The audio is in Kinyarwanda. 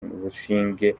busingye